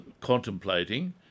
contemplating